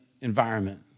environment